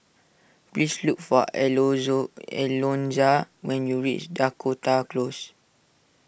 please look for Alonza when you reach Dakota Close